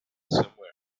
somewhere